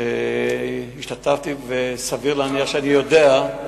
השתתפתי וסביר להניח שאני יודע,